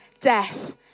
death